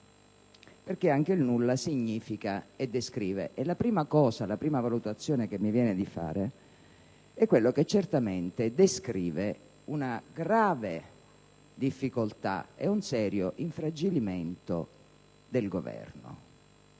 perché anche il nulla significa e descrive. E la prima valutazione che mi viene da fare è che certamente descrive una grave difficoltà e un serio infragilimento del Governo.